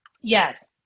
Yes